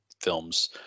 films